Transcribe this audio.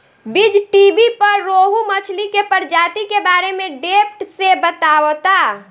बीज़टीवी पर रोहु मछली के प्रजाति के बारे में डेप्थ से बतावता